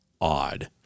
odd